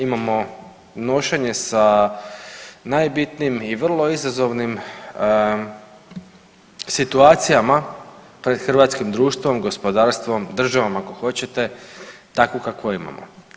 Imamo nošenje sa najbitnijim i vrlo izazovnim situacijama pred hrvatskim društvom, gospodarstvom, državom, ako hoćete, takvo kakvo imamo.